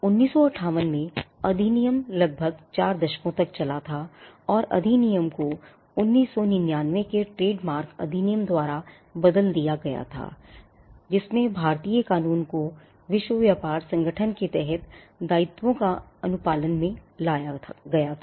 1958 में अधिनियम लगभग 4 दशकों तक चला था और अधिनियम को 1999 के ट्रेडमार्क अधिनियम द्वारा बदल दिया गया था जिसमें भारतीय कानून को विश्व व्यापार संगठन के तहत दायित्वों के अनुपालन में लाया गया था